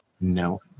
no